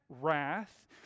wrath